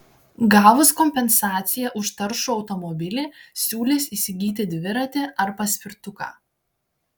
gavus kompensaciją už taršų automobilį siūlys įsigyti dviratį ar paspirtuką